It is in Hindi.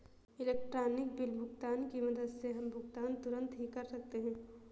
इलेक्ट्रॉनिक बिल भुगतान की मदद से हम भुगतान तुरंत ही कर सकते हैं